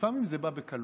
לפעמים זה בא בקלות,